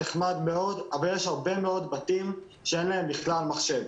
אבל יש הרבה מאוד בתים שאין להם בכלל מחשב.